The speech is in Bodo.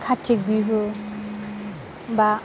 कार्थिक बिहु बा